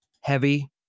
heavy